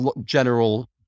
general